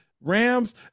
Rams